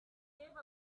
gave